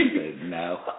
No